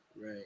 Right